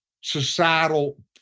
societal